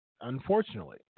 Unfortunately